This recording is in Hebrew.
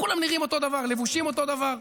כולם נראים אותו דבר, לבושים אותו דבר,